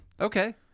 Okay